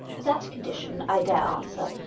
that condition, i dare answer,